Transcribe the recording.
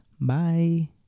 Bye